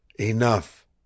Enough